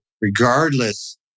regardless